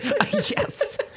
yes